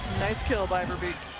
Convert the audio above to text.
nice kill by veerbeek